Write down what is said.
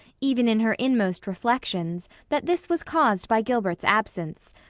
even in her inmost reflections, that this was caused by gilbert's absence.